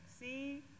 see